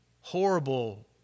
Horrible